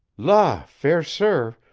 la! fair sir,